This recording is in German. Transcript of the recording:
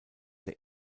der